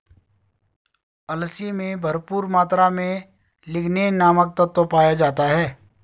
अलसी में भरपूर मात्रा में लिगनेन नामक तत्व पाया जाता है